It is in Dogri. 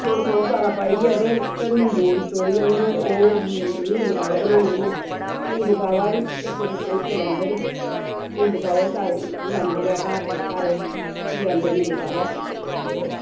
थोह्ड़ा थोह्ड़ा सारा पाइयै ते फिर निम्बू नचोड़ियै ते फिर ओह् निम्बू काह्वा बनाने होन्ने निम्बू काह्वा बी बच्चे बुच्चे बी पी लैंदे न निम्बू काह्वा सारें गी पसंद गै घर च सारे पी लैंदे न निम्बू काह्वा ते